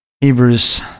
Hebrews